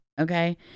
Okay